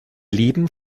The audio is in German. leben